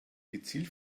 gezielt